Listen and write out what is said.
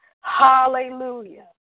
Hallelujah